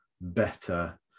better